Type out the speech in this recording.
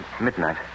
midnight